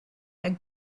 had